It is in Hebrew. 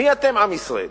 מי אתם, עם ישראל?